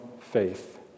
faith